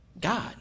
God